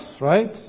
right